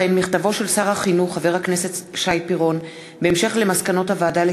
מכתבו של שר החינוך שי פירון בהמשך למסקנות ועדת החינוך,